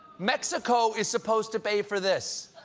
mexico is supposed to pay for this.